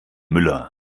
müller